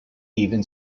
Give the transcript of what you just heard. even